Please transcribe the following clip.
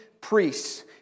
priests